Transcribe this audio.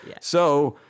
So-